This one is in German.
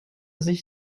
sich